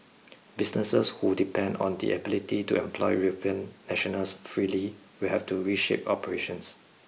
businesses who depend on their ability to employ European nationals freely will have to reshape operations